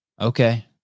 Okay